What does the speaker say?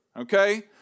okay